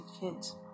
kids